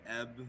ebb